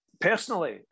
Personally